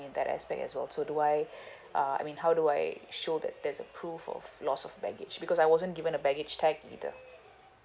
in that aspect as well so do I uh I mean how do I show that there's a proof of loss of baggage because I wasn't given a baggage tag either